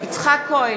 יצחק כהן,